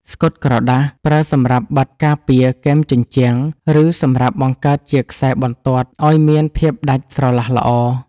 ស្កុតក្រដាស ប្រើសម្រាប់បិទការពារគែមជញ្ជាំង ឬសម្រាប់បង្កើតខ្សែបន្ទាត់ឱ្យមានភាពដាច់ស្រឡះល្អ។